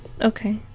Okay